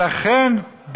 לכן,